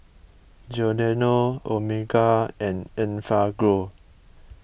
Giordano Omega and Enfagrow